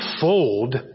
fold